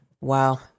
Wow